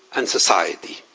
and society.